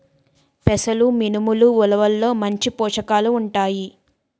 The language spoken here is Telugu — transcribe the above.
పెసలు మినుములు ఉలవల్లో మంచి పోషకాలు ఉంటాయి